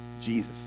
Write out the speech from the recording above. jesus